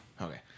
okay